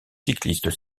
cyclistes